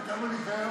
גם הלהט וגם התוכן.